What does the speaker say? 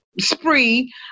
spree